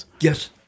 yes